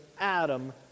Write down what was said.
Adam